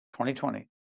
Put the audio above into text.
2020